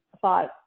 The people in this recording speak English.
thought